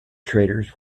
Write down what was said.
traders